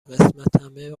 قسمتمه